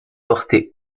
portée